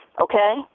Okay